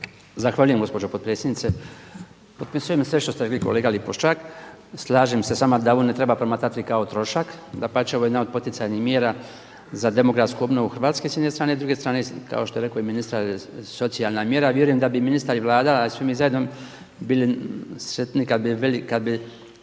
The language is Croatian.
Zahvaljujem gospođo potpredsjednice. Potpisujem sve što ste rekli kolega Lipošćak. Slažem se sa vama da ovo ne treba promatrati kao trošak. Dapače, ovo je jedna od poticajnih mjera za demografsku obnovu Hrvatske s jedne strane, s druge strane kao što je rekao i ministar socijalna mjera. Vjerujem da bi ministar i Vlada, ali i svi mi zajedno bili sretni kad bi